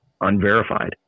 unverified